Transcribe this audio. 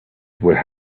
would